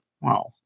Wow